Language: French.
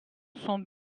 sont